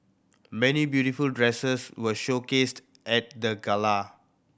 many beautiful dresses were showcased at the gala